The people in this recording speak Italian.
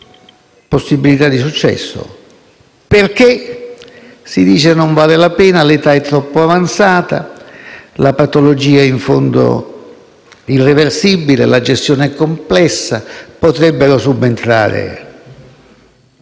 possibilità di successo: si dice che non vale la pena, l'età è troppo avanzata, la patologia in fondo è irreversibile, la gestione è complessa o potrebbero subentrare